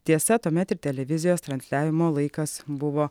tiesa tuomet ir televizijos transliavimo laikas buvo